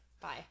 Bye